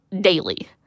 daily